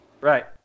Right